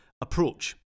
approach